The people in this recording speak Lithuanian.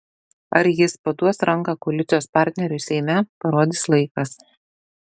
ar jis paduos ranką koalicijos partneriui seime parodys laikas